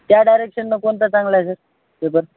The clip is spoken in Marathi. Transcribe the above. त्या डायरेक्शनं कोणता चांगला आहे सर पेपर